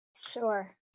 sure